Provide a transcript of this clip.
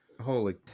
Holy